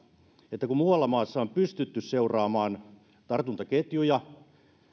että kun muualla maassa on pystytty seuraamaan tartuntaketjuja